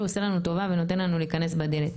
עושה לנו טוב הוא נותן לנו להיכנס בדלת.